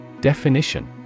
Definition